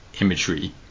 imagery